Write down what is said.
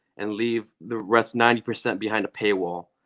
and leave the rest ninety percent behind a paywall.